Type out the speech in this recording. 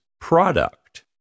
product